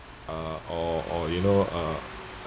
uh or or you know uh